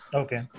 okay